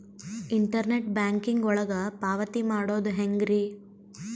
Internet banking ಒಳಗ ಪಾವತಿ ಮಾಡೋದು ಹೆಂಗ್ರಿ?